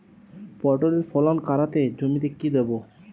পটলের ফলন কাড়াতে জমিতে কি দেবো?